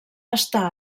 estar